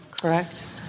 correct